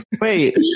Wait